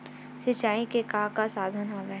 सिंचाई के का का साधन हवय?